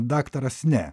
daktaras ne